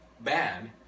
bad